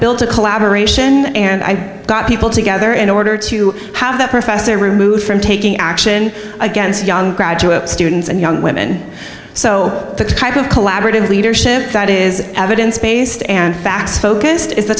built a collaboration and i got people together in order to have that professor removed from taking action against young graduate students and young women so the type of collaborative leadership that is evidence based and